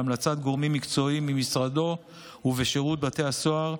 בהמלצת גורמים מקצועיים ממשרדו ובשירות בתי הסוהר,